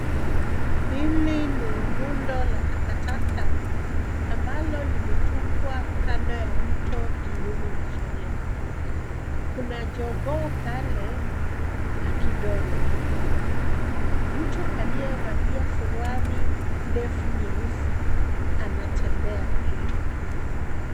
Hili ni rundo la takataka ambalo limetupwa kando ya mto kinyume na sheria, kuna jogoo pale akidona. Mtu aliyevalia suruali ndefu nyeusi anatembea pia.